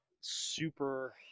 super